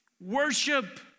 worship